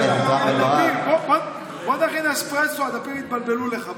הדפים, הדפים התבלבלו לך.